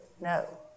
No